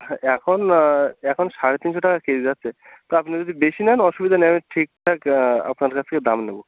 হ্যাঁ এখন এখন সাড়ে তিনশো টাকা কেজি যাচ্ছে তা আপনি যদি বেশি নেন অসুবিধা নেই আমি ঠিকঠাক আপনার কাছ থেকে দাম নেব